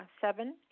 seven